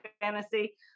fantasy